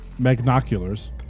magnoculars